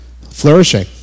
flourishing